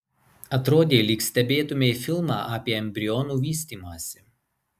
atrodė lyg stebėtumei filmą apie embrionų vystymąsi